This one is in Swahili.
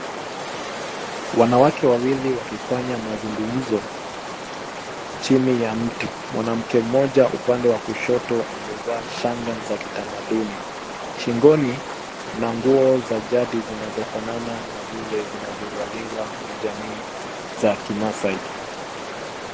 Wanawake wawili wakifanya mazungumzo chini ya mti. Mwanamke mmoja upande wa kushoto amevaa shanga za kitamaduni shingoni na nguo za jadi zinazofanana na zile zinazovaliwa na jamii za kimaasai.